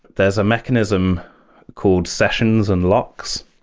there's a mechanism called sessions and lock. so